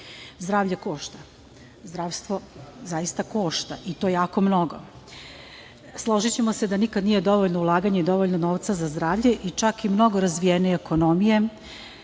Zdravlje košta, zdravstvo zaista košta i to jako mnogo. složićemo se da nikad nije dovoljno ulaganja, dovoljno novca za zdravlje i čak i mnogo razvijenije ekonomije